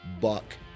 buck